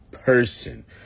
person